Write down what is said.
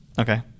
Okay